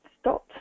Stop